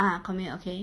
ah commute okay